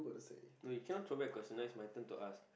no you cannot throw back question now it's my turn to ask